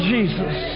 Jesus